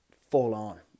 full-on